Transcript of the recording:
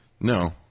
No